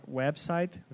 website